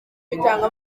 bitanga